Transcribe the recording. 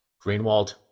Greenwald